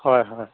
হয় হয়